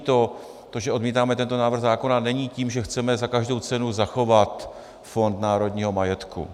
To znamená, to, že odmítáme tento návrh zákona, není tím, že chceme za každou cenu zachovat Fond národního majetku.